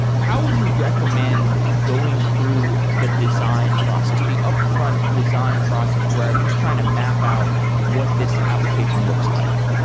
how would you recommend going through the design process, the upfront design process where i'm just trying to map out what this application looks like?